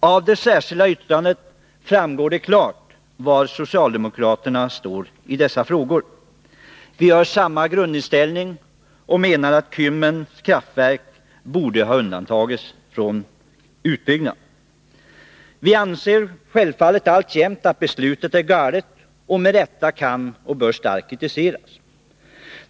Av det särskilda yttrandet framgår klart var socialdemokraterna står i dessa frågor. Vi har samma grundinställning, och vi menar att Kymmens kraftverk borde ha undantagits från utbyggnad. Vi anser självfallet alltjämt att beslutet är galet och att det med rätta kan och bör starkt kritiseras.